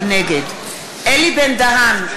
נגד אלי בן-דהן,